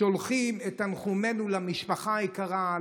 שולחים את תנחומינו למשפחה היקרה,